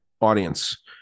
audience